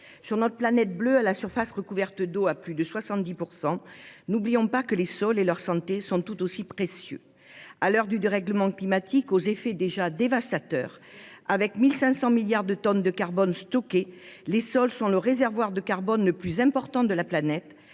Sur notre planète bleue, à la surface recouverte d’eau à plus de 70 %, n’oublions pas que les sols et leur santé sont tout aussi précieux. À l’heure du dérèglement climatique, aux effets déjà dévastateurs, avec 1 500 milliards de tonnes de carbone stockées, les sols sont le réservoir de carbone le plus important de la planète,